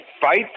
fight